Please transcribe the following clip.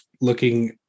looking